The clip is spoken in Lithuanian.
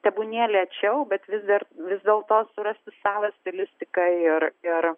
tebūnie lėčiau bet vis dar vis dėlto surasti savą stilistiką ir ir